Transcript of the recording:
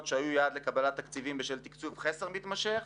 שהיו יעד לקבלת תקציבים בשל תקצוב חסר מתמשך,